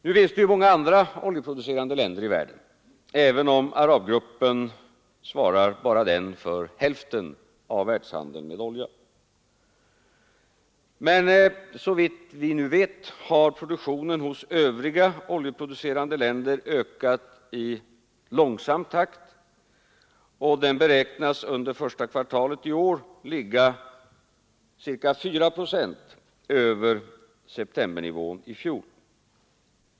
Nu finns det många andra oljeproducerande länder i världen, även om arabgruppen svarar för hälften av världshandeln med olja. Men såvitt vi nu vet har produktionen hos övriga oljeproducerande länder ökat i långsam takt, och den beräknas under första kvartalet i år ligga ca 4 procent över septembernivån i fjol.